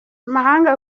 amahanga